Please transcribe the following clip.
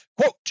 quote